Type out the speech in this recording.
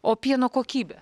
o pieno kokybė